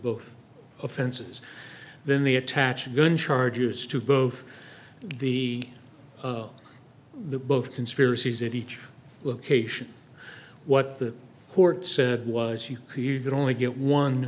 both offenses then they attach a gun charges to both the the both conspiracies at each location what the court said was you could only get one